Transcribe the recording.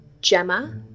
Gemma